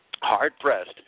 hard-pressed